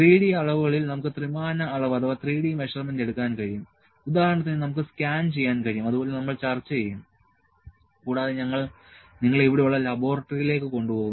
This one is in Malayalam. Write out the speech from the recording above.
3D അളവുകളിൽ നമുക്ക് ത്രിമാന അളവ് എടുക്കാൻ കഴിയും ഉദാഹരണത്തിന് നമുക്ക് സ്കാൻ ചെയ്യാൻ കഴിയും അതുപോലെ നമ്മൾ ചർച്ച ചെയ്യും കൂടാതെ ഞങ്ങൾ നിങ്ങളെ ഇവിടെയുള്ള ലബോറട്ടറിയിലേക്ക് കൊണ്ടുപോകും